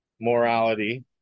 morality